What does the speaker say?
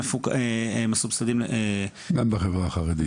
גם בחברה החרדית.